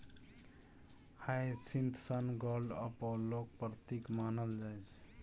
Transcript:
hyacinth sun god अपोलोक प्रतीक मानल जाइ छै